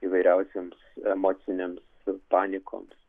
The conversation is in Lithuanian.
įvairiausioms emocinėms panikoms